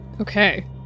Okay